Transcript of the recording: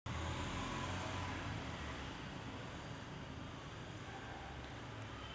उष्णकटिबंधीय हवामान बांबू लागवडीसाठी योग्य मानले जाते